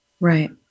Right